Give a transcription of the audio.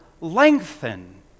Lengthen